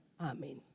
Amen